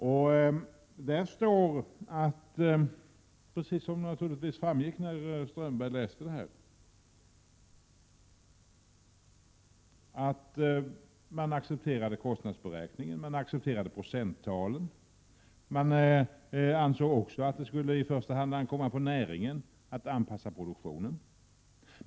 I betänkandet står, vilket framgick av Håkan Strömbergs inlägg, att man accepterade kostnadsberäkningen, och man accepterade procenttalen. Man ansåg också att det i första hand skulle ankomma på näringen att anpassa produktionen.